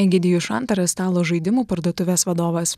egidijus šantaras stalo žaidimų parduotuvės vadovas